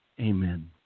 Amen